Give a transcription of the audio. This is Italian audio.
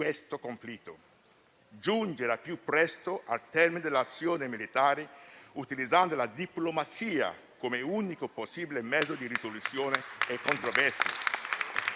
questo conflitto; giungere al più presto al termine delle azioni militari utilizzando la diplomazia come unico possibile mezzo di risoluzione delle controversie.